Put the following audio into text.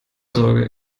sorge